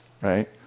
right